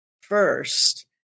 first